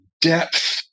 depth